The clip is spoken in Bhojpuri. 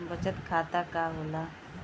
बचत खाता का होला?